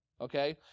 Okay